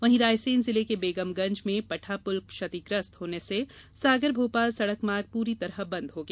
वहीं रायसेन जिले के बेगमगंज में पठा पुल क्षतिग्रस्त होने से सागर भोपाल सड़क मार्ग पूरी तरह बंद हो गया